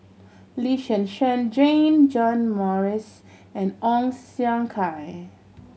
Lee Zhen Zhen Jane John Morrice and Ong Siong Kai